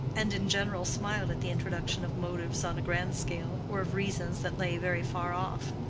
and in general smiled at the introduction of motives on a grand scale, or of reasons that lay very far off.